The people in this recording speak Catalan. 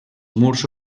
murs